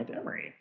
Emory